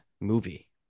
movie